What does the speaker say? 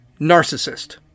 narcissist